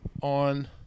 on